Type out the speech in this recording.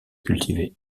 cultivée